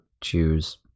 choose